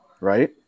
right